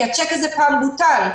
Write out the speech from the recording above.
כי הצ'ק הזה פעם בוטל.